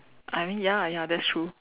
I mean ya ya that's true